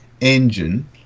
engine